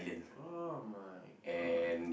oh-my-god